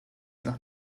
nach